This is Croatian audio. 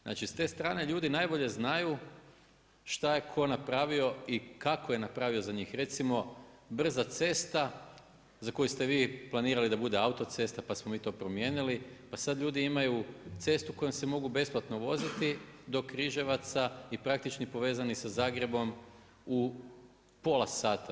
Znači s te strane ljudi najbolje znaju šta ke tko napravio i kako je napravio za njih, recimo, brza cesta za koju ste vi planirali da bude autocesta pa smo mi to promijenili, pa sad ljudi imaju cestu kojom se mogu besplatno voziti do Križevaca i praktično povezani sa Zagrebom u pola sata.